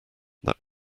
that